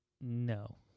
no